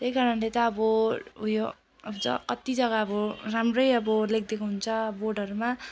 त्यही कारणले त अब उयो अझ कत्ति जग्गा अब राम्रै अब लेखिदिएको हुन्छ बोर्डहरूमा